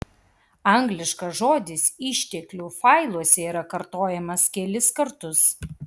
angliškas žodis išteklių failuose yra kartojamas kelis kartus